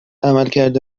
عملکرد